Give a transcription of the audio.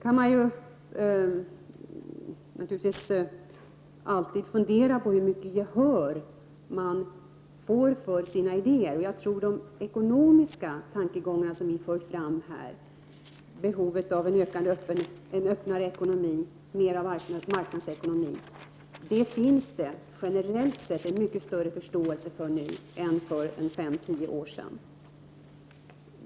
Man kan naturligtvis alltid fundera över hur mycket gehör man får för sina idéer, men jag tror att det för de ekonomiska tankegångar som vi för fram om behovet av en öppnare ekonomi och mer av marknadsekonomi generellt sett finns en mycket större förståelse än för 50 år sedan.